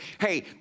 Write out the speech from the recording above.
hey